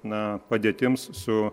na padėtims su